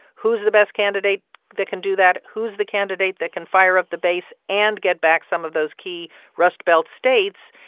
who's the best candidate that can do that? who's the candidate that can fire up the base and get back some of those key rust belt states?